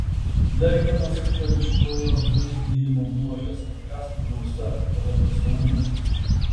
dar vienas chtoniškojo vaizdijimo bruožas kontrastų gausa paradoksalumas